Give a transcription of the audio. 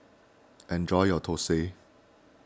enjoy your Thosai